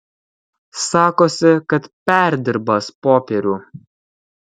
sakosi kad perdirbąs popierių